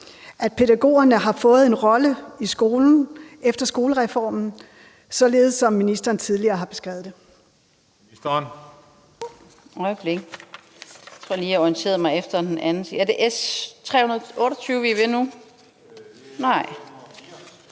at pædagogerne har fået en rolle i skolen efter folkeskolereformen, således som ministeren tidligere har beskrevet det?